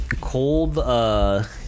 Cold